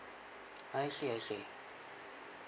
I see I see